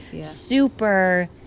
super